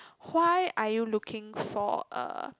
why are you looking for uh